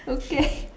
okay